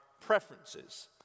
preferences